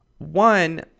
One